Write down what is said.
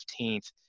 15th